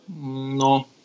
No